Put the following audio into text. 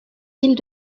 villes